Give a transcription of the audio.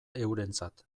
eurentzat